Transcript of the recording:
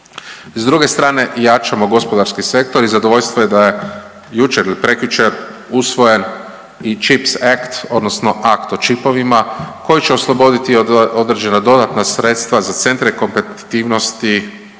s druge strane jačamo gospodarski sektor i zadovoljstvo je da je jučer ili prekjučer usvojen i Chips Act odnosno Akt o čipovima koji će osloboditi određena dodatna sredstva za centre kompetitivnosti